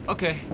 Okay